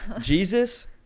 Jesus